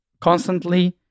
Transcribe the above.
constantly